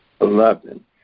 Eleven